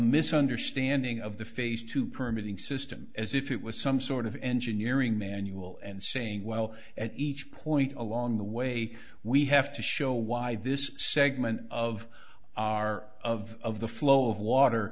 misunderstanding of the phase two permitting system as if it was some sort of engineering manual and saying well at each point along the way we have to show why this segment of our of the flow of water